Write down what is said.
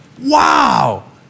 wow